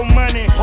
money